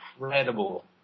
incredible